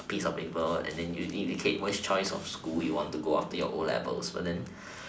a piece of paper and then you indicate which choice of school you wanna go after your O-levels but then